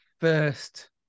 first